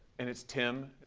and it's tim?